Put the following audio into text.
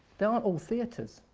they aren't all theaters,